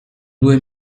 due